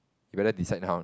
you better decide now